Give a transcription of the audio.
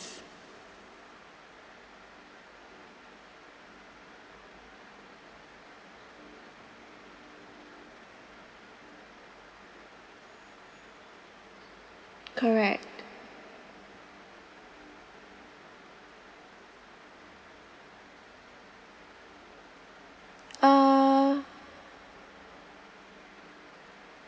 correct uh